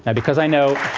and because i know